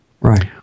Right